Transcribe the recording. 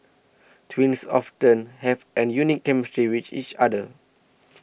twins often have an unique chemistry with each other